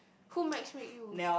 who matchmake you